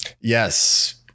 Yes